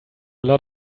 lot